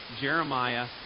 Jeremiah